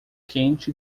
quente